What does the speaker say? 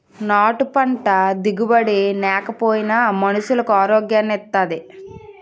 నాటు పంట దిగుబడి నేకపోయినా మనుసులకు ఆరోగ్యాన్ని ఇత్తాది